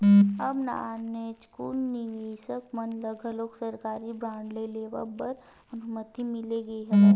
अब नानचुक निवेसक मन ल घलोक सरकारी बांड के लेवब बर अनुमति मिल गे हवय